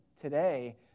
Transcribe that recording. today